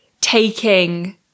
taking